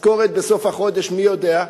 משכורת בסוף החודש מי יודע.